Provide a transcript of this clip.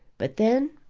but, then,